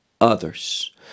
others